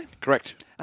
Correct